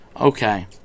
Okay